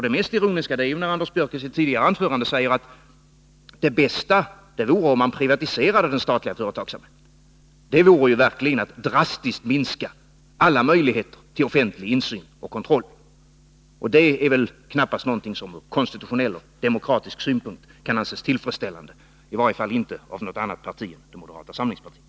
Det mest ironiska är ju när Anders Björck i sitt tidigare anförande sade att det bästa vore om man privatiserade den statliga företagsamheten. Det vore ju verkligen att drastiskt minska alla möjligheter till offentlig insyn och kontroll. Det är väl knappast någonting som ur konstitutionell demokratisk synpunkt kan anses tillfredsställande, i varje fall inte av något annat parti än moderata samlingspartiet.